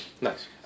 Nice